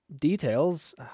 details